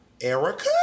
Erica